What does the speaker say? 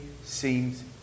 seems